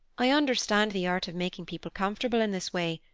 i understand the art of making people comfortable in this way.